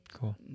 cool